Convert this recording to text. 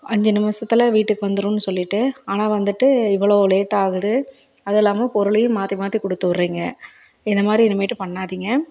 அஞ்சு நிமிஷத்துல வீட்டுக்கு வந்துடுன்னு சொல்லிவிட்டு ஆனால் வந்துட்டு இவ்வளோ லேட் ஆகுது அதெல்லாம பொருளையே மாற்றி மாற்றி ககொடுத்து விட்றீங்க இதை மாதிரி இனிமேட்டு பண்ணாதீங்க